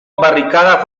barricada